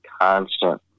constant